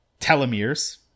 telomeres